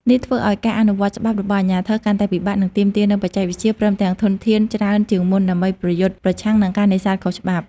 នេះធ្វើឲ្យការអនុវត្តច្បាប់របស់អាជ្ញាធរកាន់តែលំបាក និងទាមទារនូវបច្ចេកវិទ្យា ព្រមទាំងធនធានច្រើនជាងមុនដើម្បីប្រយុទ្ធប្រឆាំងនឹងការនេសាទខុសច្បាប់។